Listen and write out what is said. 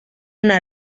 una